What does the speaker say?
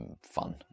fun